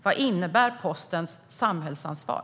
Vad innebär postens samhällsansvar?